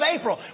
April